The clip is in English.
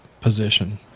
position